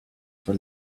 for